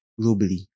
globally